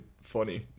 funny